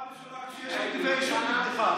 זו פעם ראשונה שיש כתבי אישום נגדך.